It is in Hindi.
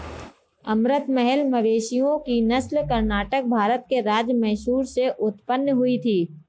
अमृत महल मवेशियों की नस्ल कर्नाटक, भारत के राज्य मैसूर से उत्पन्न हुई थी